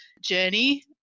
journey